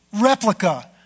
replica